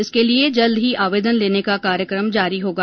इसके लिए जल्द ही आवेदन लेने का कार्यक्रम जारी होगा